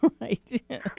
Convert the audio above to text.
right